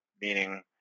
meaning